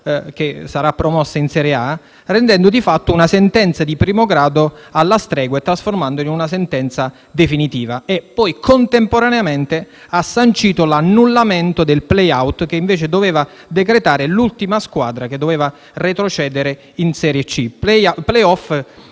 che sarà promossa in serie A, rendendo di fatto una sentenza di primo grado alla stregua di una sentenza definitiva, sancendo contemporaneamente l'annullamento del *playout*, che invece doveva decretare l'ultima squadra che doveva retrocedere in serie C, *playout*